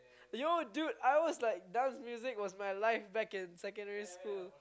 yo dude I was like dance music was my life back in secondary school